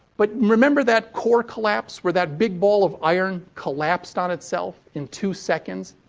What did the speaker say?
but, remember that core collapse, where that big ball of iron collapsed on itself in two seconds?